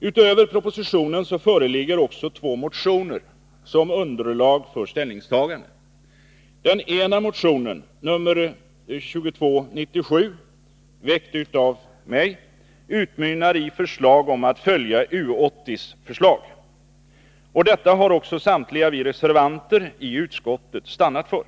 Utöver propositionen föreligger också två motioner som underlag för ställningstagande. Motion nr 2297, väckt av mig, utmynnar i att riksdagen bör följa U 80:s förslag. Detta har samtliga reservanter i utskottet stannat för.